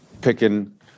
picking